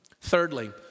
Thirdly